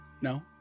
No